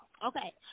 Okay